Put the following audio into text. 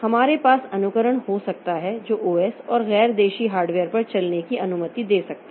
हमारे पास अनुकरण हो सकता है जो ओएस और गैर देशी हार्डवेयर पर चलने की अनुमति दे सकता है